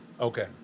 Okay